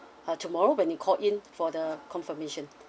uh tomorrow when you call in for the confirmation